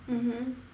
mmhmm